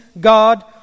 God